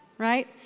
Right